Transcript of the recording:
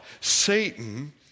Satan